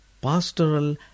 pastoral